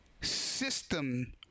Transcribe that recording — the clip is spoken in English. system